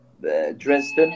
Dresden